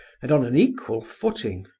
and on an equal footing.